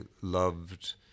loved